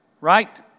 Right